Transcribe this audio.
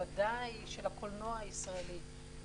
בוודאי של הקולנוע הישראלי,